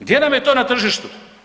Gdje nam je to na tržištu?